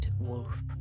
wolf